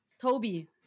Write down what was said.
Toby